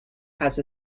has